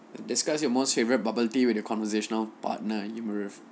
discuss your most favorite bubble tea with your conversational partner you